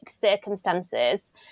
circumstances